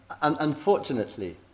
Unfortunately